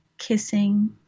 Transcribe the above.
kissing